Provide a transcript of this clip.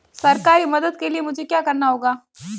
सरकारी मदद के लिए मुझे क्या करना होगा?